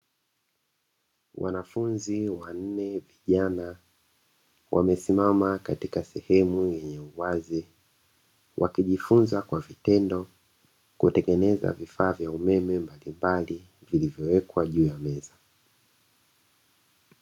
Wanafunzi wanne vijana wamesimama katika sehemu yenye uwazi, wakijifunza kwa vitendo kutengeneza vifaa vya umeme mbalimbali vilivyowekwa juu ya meza.